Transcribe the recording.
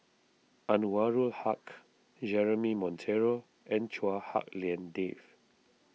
Anwarul Haque Jeremy Monteiro and Chua Hak Lien Dave